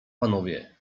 panowie